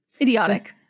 Idiotic